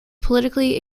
politically